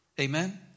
Amen